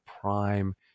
prime